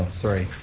sorry,